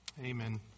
Amen